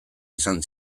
izan